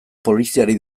poliziari